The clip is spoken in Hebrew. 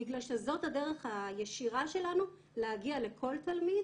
בגלל שזאת הדרך הישירה שלנו להגיע לכל תלמיד